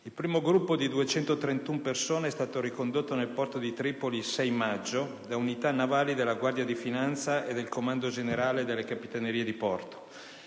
Il primo gruppo, di 231 persone, è stato ricondotto nel porto di Tripoli il 6 maggio da unità navali della Guardia di finanza e del Comando generale delle Capitanerie di porto.